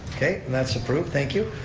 okay, and that's approved, thank you,